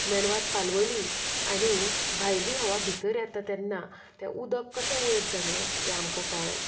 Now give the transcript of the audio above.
मेणवात पालवली आनी भायली हवा बितर येता तेन्ना तें उदक कशें वयर चडलें तें आमकां कळ्ळें